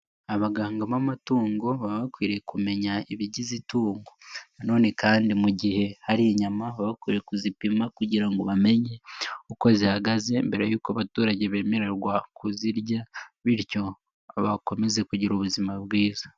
Abaganga b'amatungo baba bakwiriye kumenya ibigize itungo, nanone kandi mu gihe hari inyama bakwiye kuzipima kugira ngo bamenye uko zihagaze mbere y'uko abaturage bemererwa kuzirya bityo bakomeze kugira ubuzima bwiza.